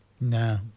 No